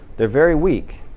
they're very weak,